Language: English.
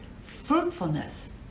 fruitfulness